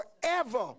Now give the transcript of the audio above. forever